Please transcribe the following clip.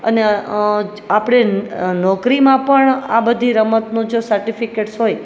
અને આપણે નોકરીમાં પણ આ બધી રમતનું જો સર્ટિફિકેટ્સ હોય